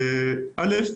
א',